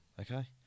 Okay